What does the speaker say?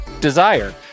Desire